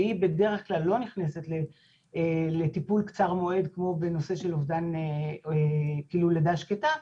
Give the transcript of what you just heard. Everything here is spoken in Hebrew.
שהיא בדרך כלל לא נכנסת לטיפול קצר מועד כמו בנושא של לידה שקטה,